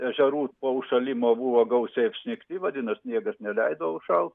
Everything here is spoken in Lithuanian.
ežerų po užšalimo buvo gausiai apsnigti vadinas sniegas neleido užšalt